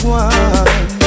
one